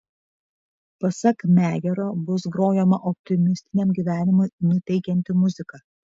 pasak mejero bus grojama optimistiniam gyvenimui nuteikianti muzika